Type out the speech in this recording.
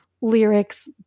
lyrics